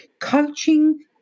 Coaching